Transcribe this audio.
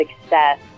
success